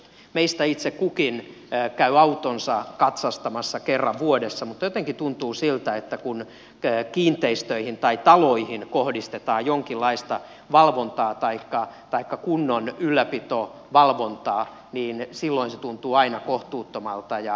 meistä itse kukin käy autonsa katsastamassa kerran vuodessa mutta jotenkin tuntuu siltä että kun kiinteistöihin tai taloihin kohdistetaan jonkinlaista valvontaa taikka kunnon ylläpitovalvontaa niin silloin se tuntuu aina kohtuuttomalta